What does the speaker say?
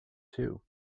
too